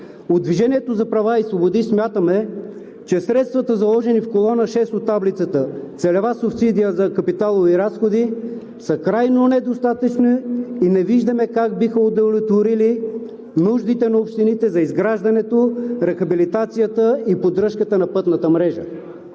От „Движението за права и свободи“ смятаме, че средствата, заложени в колона 6 от таблицата – Целева субсидия за капиталови разходи, са крайно недостатъчни и не виждаме как биха удовлетворили нуждите на общините за изграждане, рехабилитация и поддръжка на пътната мрежа.